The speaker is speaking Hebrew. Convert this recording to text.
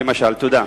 תודה.